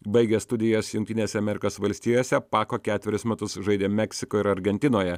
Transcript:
baigė studijas jungtinėse amerikos valstijose pako ketverius metus žaidė meksikoje ir argentinoje